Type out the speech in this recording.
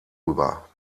rüber